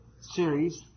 series